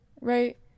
right